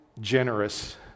generous